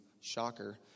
shocker